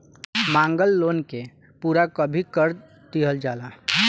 मांगल लोन के पूरा कभी कर दीहल जाला